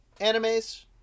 animes